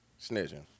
Snitching